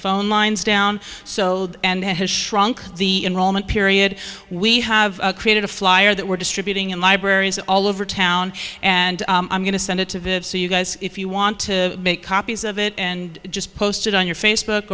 phone lines down so and has shrunk the enrollment period we have created a flyer that we're distributing in libraries all over town and i'm going to send it to viv's so you guys if you want to make copies of it and just post it on your facebook